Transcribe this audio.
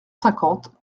cinquante